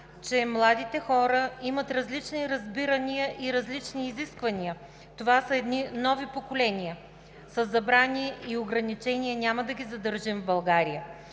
че младите хора имат различни разбирания и различни изисквания, това са едни нови поколения. Със забрани и ограничения няма да ги задържим в България.